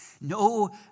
no